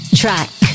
track